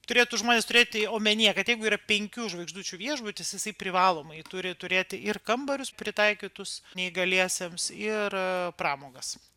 turėtų žmonės turėti omenyje kad jeigu yra penkių žvaigždučių viešbutis jisai privalomai turi turėti ir kambarius pritaikytus neįgaliesiems ir pramogas